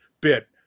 bit